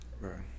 Right